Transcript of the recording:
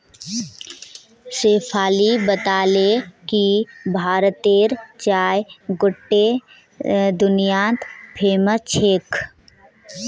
शेफाली बताले कि भारतेर चाय गोट्टे दुनियात फेमस छेक